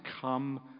come